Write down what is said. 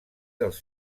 dels